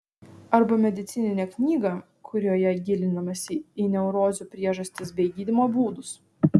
arba medicininę knygą kurioje gilinamasi į neurozių priežastis bei gydymo būdus